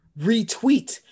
retweet